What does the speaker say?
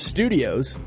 Studios